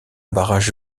barrage